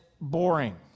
boring